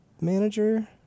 manager